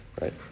right